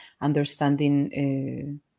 understanding